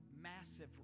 massive